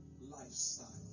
lifestyle